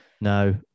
no